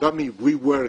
עבודה מ-wework,